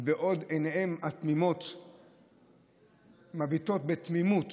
ובעוד עיניהם התמימות מביטות בתמימות